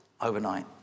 overnight